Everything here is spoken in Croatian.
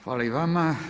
Hvala i vama.